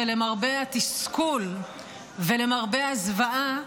ולמרבה התסכול ולמרבה הזוועה,